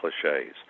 cliches